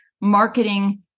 marketing